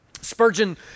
Spurgeon